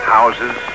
Houses